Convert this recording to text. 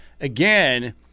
Again